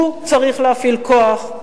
הוא צריך להפעיל כוח,